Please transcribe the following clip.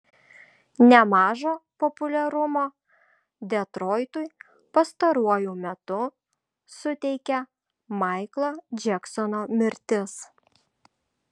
nemažo populiarumo detroitui pastaruoju metu suteikė maiklo džeksono mirtis